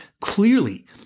clearly